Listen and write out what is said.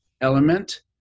element